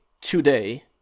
today